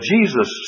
Jesus